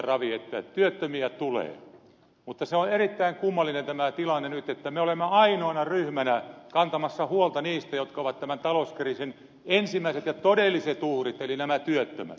ravi että työttömiä tulee mutta nyt tämä tilanne on erittäin kummallinen että me olemme ainoana ryhmänä kantamassa huolta niistä jotka ovat tämän talouskriisin ensimmäiset ja todelliset uhrit eli nämä työttömät